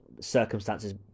Circumstances